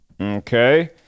Okay